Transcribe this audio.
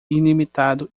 ilimitado